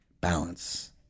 balance